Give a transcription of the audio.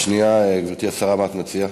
גברתי השרה, מה את מציעה?